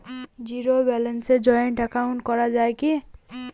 Zero ব্যালেন্সে joint account করা য়ায় কি?